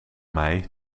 mei